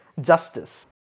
justice